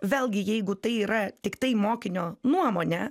vėlgi jeigu tai yra tiktai mokinio nuomonė